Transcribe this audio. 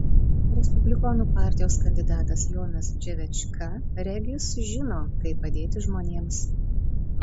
respublikonų partijos kandidatas jonas dževečka regis žino kaip padėti žmonėms